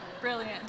Brilliant